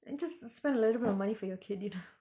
then just spend a little bit of money for your kid you know